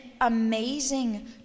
amazing